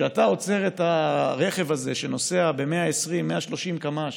כשאתה עוצר את הרכב הזה שנוסע ב-120, 130 קמ"ש,